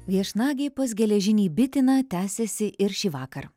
viešnagė pas geležinį bitiną tęsiasi ir šįvakar